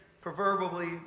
proverbially